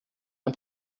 ein